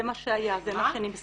זה מה שהיה, זה מה שנמסר.